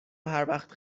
هروقت